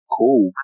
cool